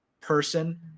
person